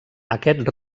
aquest